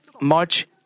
march